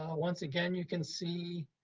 um once again, you can see